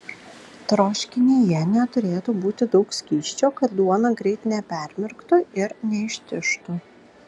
troškinyje neturėtų būti daug skysčio kad duona greit nepermirktų ir neištižtų